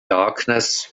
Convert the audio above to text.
darkness